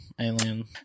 Alien